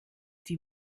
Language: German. die